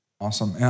Awesome